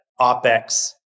OPEX